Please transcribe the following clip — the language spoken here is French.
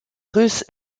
russe